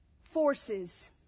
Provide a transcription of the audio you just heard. forces